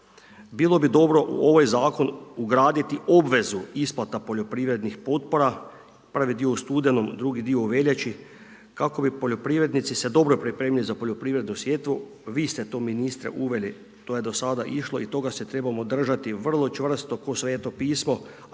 bilo bi dobro u ovaj zakon ugraditi obvezu isplata poljoprivrednih potpora, prvi dio u studenom, drugi dio u veljači, kako bi poljoprivrednici se dobro pripremili za poljoprivrednu sjetvu, vi ste to ministre uveli, to je do sad išlo i toga se trebamo držati vrlo čvrsto ko Sveto pismo,